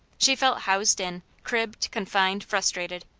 she felt housed in, cribbed, confined, frustrated.